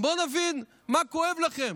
בואו נבין מה כואב לכם.